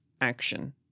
action